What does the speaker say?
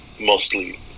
mostly